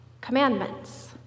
commandments